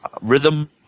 Rhythm